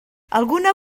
alguna